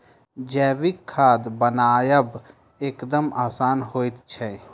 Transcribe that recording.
जैविक खाद बनायब एकदम आसान होइत छै